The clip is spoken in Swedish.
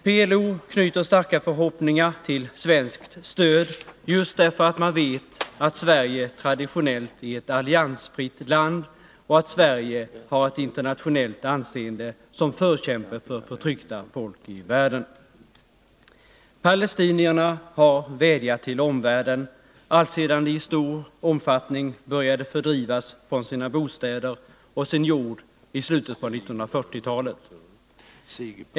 PLO knyter starka förhoppningar till svenskt stöd just Nr 34 därför att man vet att Sverige traditionellt är ett alliansfritt land och att Sverige har ett internationellt anseende som förkämpe för förtryckta folk i världen. Palestinierna har vädjat till omvärlden alltsedan de i stor omfattning började fördrivas från sina bostäder och sin jord i slutet på 1940-talet.